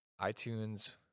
iTunes